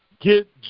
get